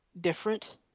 different